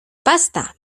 basta